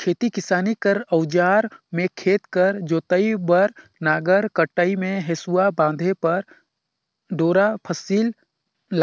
खेती किसानी कर अउजार मे खेत कर जोतई बर नांगर, कटई मे हेसुवा, बांधे बर डोरा, फसिल